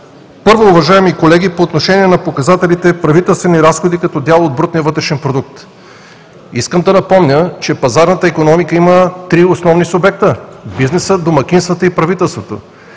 Първо, уважаеми колеги, по отношение на показателите за правителствени разходи като дял от брутния вътрешен продукт. Искам да напомня, че пазарната икономика има три основни субекта: бизнесът, домакинствата и правителството.